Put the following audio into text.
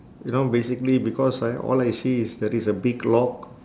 you know basically because I all I see is there is a big lock